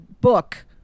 book